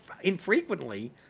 infrequently